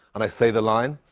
and i say the line.